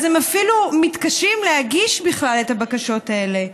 אז הם אפילו מתקשים להגיש בכלל את הבקשות האלה.